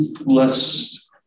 less